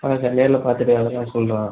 ஆமாம் சார் நேரில் பார்த்துட்டு அதெலாம் சொல்கிறேன்